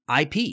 IP